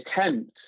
attempt